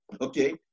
okay